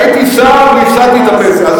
הייתי שר והפסדתי את הפנסיה.